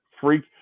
Freak